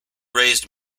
raised